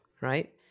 right